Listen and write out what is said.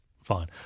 fine